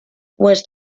was